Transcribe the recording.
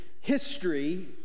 history